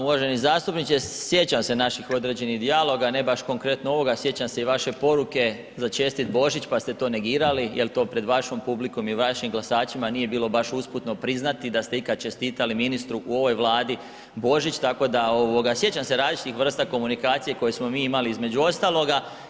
Uvaženi zastupniče, sjećam se naših određenih dijaloga, ne baš konkretno ovoga, sjećam se i vaše poruke za čestit Božić pa ste to negirali, jel to pred vašom publikom i vašim glasačima nije bilo baš usputno priznati da ste ikada čestitali ministru u ovoj Vladi Božić, tako da sjećam se različitih vrsta komunikacije koje smo mi imali između ostaloga.